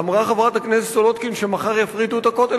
אמרה חברת הכנסת סולודקין שמחר יפריטו את הכותל.